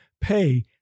pay